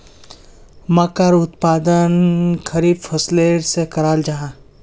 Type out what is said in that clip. मक्कार उत्पादन खरीफ फसलेर सा कराल जाहा